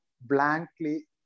blankly